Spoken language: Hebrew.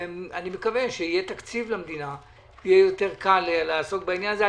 אני מקווה שיהיה תקציב למדינה ואז יהיה יותר קל לעסוק בעניין הזה.